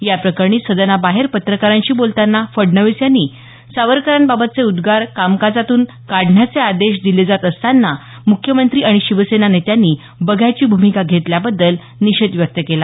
या प्रकरणी सदनाबाहेर पत्रकारांशी बोलताना फडणवीस यांनी सावरकरांबाबतचे उद्गार कामकाजातून काढण्याचे आदेश दिले जात असताना मुख्यमंत्री आणि शिवसेना नेत्यांनी बघ्याची भूमिका घेतल्याबद्दल निषेध व्यक्त केला